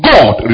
God